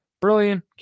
Brilliant